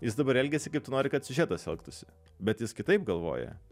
jis dabar elgiasi kaip tu nori kad siužetas elgtųsi bet jis kitaip galvoja